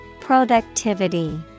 Productivity